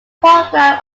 program